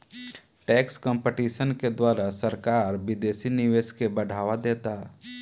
tax competition के द्वारा सरकार विदेशी निवेश के बढ़ावा देता